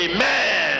Amen